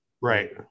Right